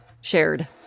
shared